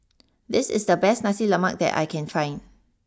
this is the best Nasi Lemak that I can find